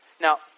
Now